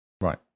right